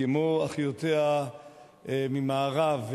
כמו אחיותיה ממערב,